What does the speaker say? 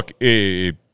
look